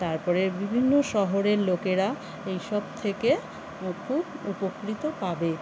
তারপরে বিভিন্ন শহরের লোকেরা এইসব থেকে খুব উপকৃত পাবে